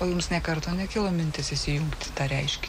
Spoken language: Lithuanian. o mums nė karto nekilo mintis įsijungti tą reiškia